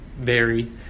vary